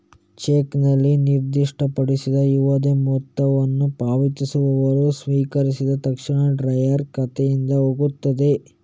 ಚೆಕ್ನಲ್ಲಿ ನಿರ್ದಿಷ್ಟಪಡಿಸಿದ ಯಾವುದೇ ಮೊತ್ತವನ್ನು ಪಾವತಿಸುವವರು ಸ್ವೀಕರಿಸಿದ ತಕ್ಷಣ ಡ್ರಾಯರ್ ಖಾತೆಯಿಂದ ಹೋಗ್ತದೆ